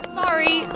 sorry